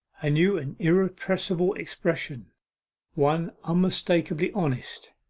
a new and irrepressible expression one unmistakably honest.